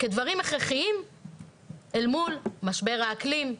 כדברים הכרחיים אל מול משבר האקלים,